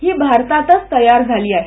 ही भारतातच तयार झाली आहे